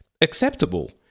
acceptable